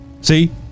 See